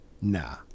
nah